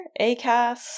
acast